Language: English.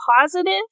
positive